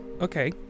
Okay